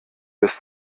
des